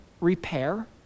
repair